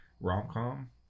Rom-com